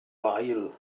wael